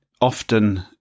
often